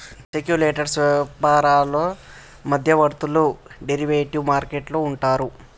speculators వ్యాపారులు మధ్యవర్తులు derivative market లో ఉంటారు